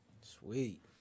sweet